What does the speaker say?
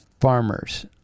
farmers